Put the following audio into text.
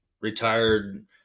retired